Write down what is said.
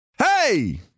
Hey